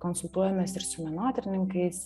konsultuojamės ir su menotyrininkais